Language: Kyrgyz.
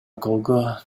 колго